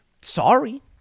sorry